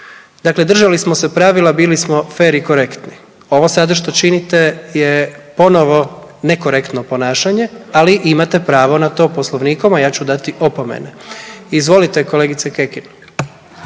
dakle držali smo se pravila, bili smo fer i korektni, ovo što sada činite je ponovno nekorektno ponašanje, ali imate pravo na to poslovnikom, a ja ću dati opomene. Izvolite kolegice Kekin.